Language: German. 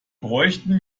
bräuchten